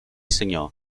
senyor